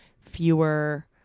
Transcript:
fewer